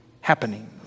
happening